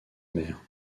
mère